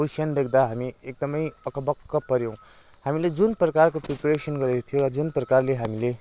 question देख्दा हामी एकदमै अकबक्क पऱ्यौँ हामीले जुन प्रकारको प्रिपरेसन गरेको थियौँ जुन प्रकारले हामीले